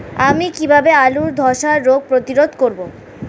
আমি কিভাবে আলুর ধ্বসা রোগ প্রতিরোধ করব?